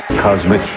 cosmic